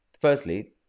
Firstly